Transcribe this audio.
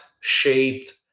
shaped